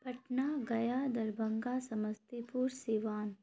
Patna Gaya Darbhanga Samastipur Siwan